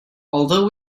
although